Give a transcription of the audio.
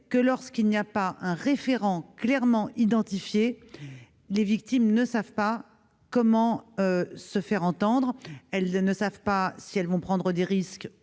penser qu'en l'absence d'un référent clairement identifié les victimes ne savent pas comment se faire entendre. Elles ignorent si elles vont prendre des risques